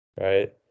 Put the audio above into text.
right